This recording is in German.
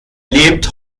lebt